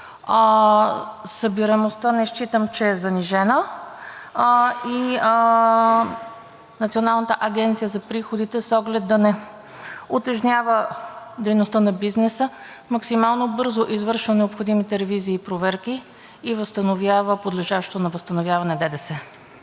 Събираемостта не считам, че е занижена. Националната агенция за приходите с оглед да не утежнява дейността на бизнеса максимално бързо извършва необходимите ревизии и проверки и възстановява подлежащ на възстановяване ДДС.